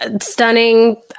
Stunning